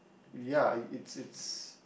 ya it's it's